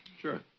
Sure